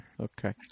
Okay